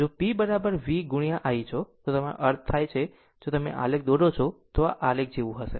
જો P V ગુણ્યા I છો તો મારો અર્થ આ છે જો તમે આલેખ દોરો છો તો આલેખ આ જેવું હશે